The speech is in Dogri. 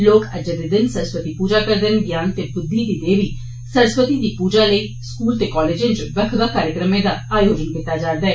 लोक अज्जै दे दिन सरस्वती पूजा करदे न जान ते वुद्धि दी देवी सरस्वती दी पूजा लेई सकूलें ते कालजे इच बक्ख बक्ख कार्यक्रमें दा आयोजित कीता जन्दा ऐ